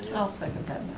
i'll second that.